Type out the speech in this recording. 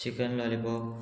chicken lollipop